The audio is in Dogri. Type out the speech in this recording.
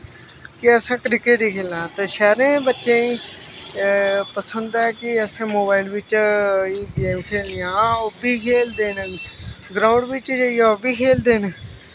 के असैं क्रिकेट ई खेलना ऐ ते शैह्रैं दै बच्चें गी पसंद ऐ कि असैं मोबाईल बिच्च गेम खेलनियां न हा ओह्बी खेलदे न ग्राऊंड़ बिच्च जाईयै ओह्बी खेलदे न